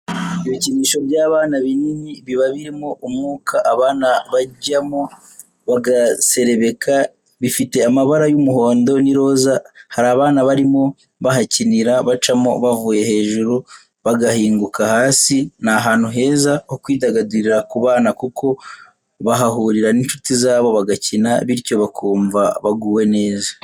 Ibikinisho by'abana binini biba birimo umwuka abana bajyamo bagaserebeka, bifite amabara y'umuhondo n'iroza hari abana barimo bahakinira bacamo bavuye hejuru bagahinguka hasi ni ahantu heza ho kwidagadurira ku bana kuko bahahurira n'inshuti zabo bagakina bityo bakumva baguwe neza.